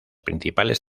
principales